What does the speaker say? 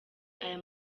aya